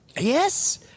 Yes